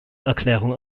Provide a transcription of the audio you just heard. erklärung